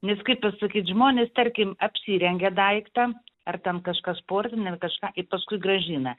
nes kaip pasakyt žmonės tarkim apsirengia daiktą ar ten kažką sportininį ar kažką ir paskui grąžina